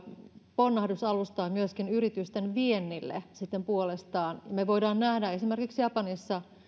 ponnahdusalustaa myöskin yritysten viennille sitten puolestaan me voimme nähdä esimerkiksi japanissa